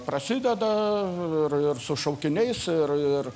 prasideda ir ir šaukiniais ir ir